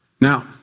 Now